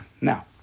Now